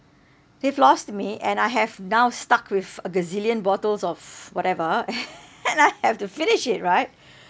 they've lost me and I have now stuck with a gazillion bottles of whatever and I have to finish it right